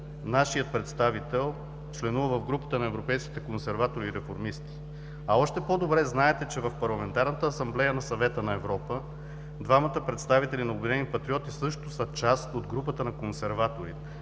нашият представител членува в групата на европейските консерватори и реформисти. Още по-добре знаете, че в Парламентарната асамблея на Съвета на Европа двамата представители на „Обединени патриоти“ също са част от групата на консерваторите.